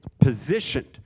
positioned